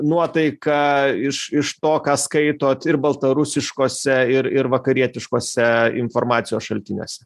nuotaiką iš iš to ką skaitote ir baltarusiškuose ir ir vakarietiškuose informacijos šaltiniuose